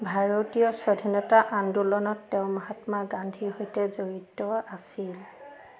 ভাৰতীয় স্বাধীনতা আন্দোলনত তেওঁ মহাত্মা গান্ধীৰ সৈতে জড়িত আছিল